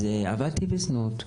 אז עבדתי בזנות.